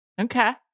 Okay